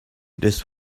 this